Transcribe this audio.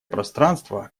пространство